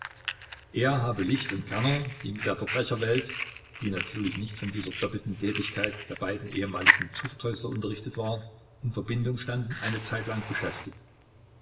er habe licht und kerner die mit der verbrecherwelt die natürlich nicht von dieser doppelten tätigkeit der beiden ehemaligen zuchthäusler unterrichtet war in verbindung standen eine zeitlang beschäftigt